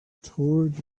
toward